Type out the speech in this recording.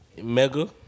mega